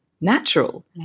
natural